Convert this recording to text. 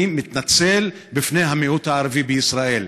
אני מתנצל בפני המיעוט הערבי בישראל.